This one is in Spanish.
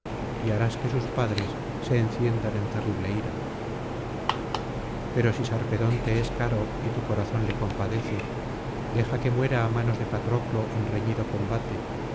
y harás quq sus padres se enciendan en terrible ira pero si sarpedón te es caro y tu corazón le compadece deja que muera á manos de patroclo en reñido combate